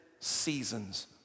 seasons